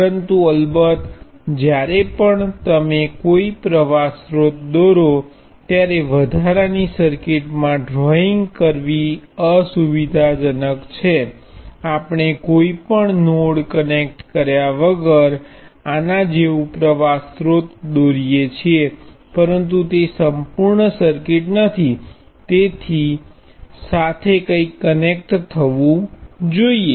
પરંતુ અલબત્ત જ્યારે પણ તમે કોઈ પ્રવાહ સ્ત્રોત દોરો ત્યારે વધારાની સર્કિટમાં ડ્રોઈંગ કરવી અસુવિધાજનક છે આપણે કોઈ પણ નોડ કનેક્ટ કર્યા વગર આના જેવું પ્રવાહ સ્ત્રોત દોરીએ છીએ પરંતુ તે સંપૂર્ણ સર્કિટ નથી તેની સાથે કંઈક કનેક્ટ થવું જોઈએ